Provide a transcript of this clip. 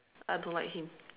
I don't like him